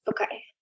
Okay